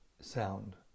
sound